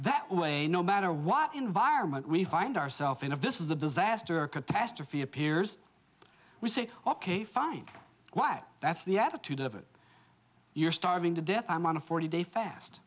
that way no matter what environment we find ourself in if this is a disaster or catastrophe appears we say ok fine well that's the attitude of it you're starving to death i'm on a forty day fast